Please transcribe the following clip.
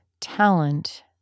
talent